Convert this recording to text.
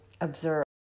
observe